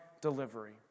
delivery